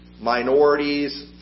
minorities